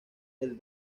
del